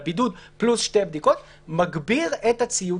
בידוד פלוס שתי בדיקות מגבירה את הציות לבידוד.